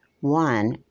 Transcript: one